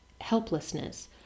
helplessness